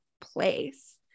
place